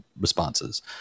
responses